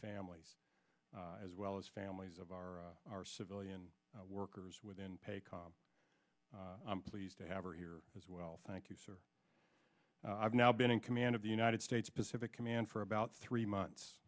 families as well as families of our our civilian workers within pay com i'm pleased to have her here as well thank you sir i've now been in command of the united states pacific command for about three months